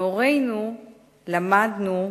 מהורינו למדנו,